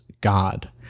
God